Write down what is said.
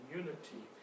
unity